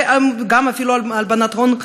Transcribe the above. וגם אפילו הלבנת הון,